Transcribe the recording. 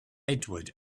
edward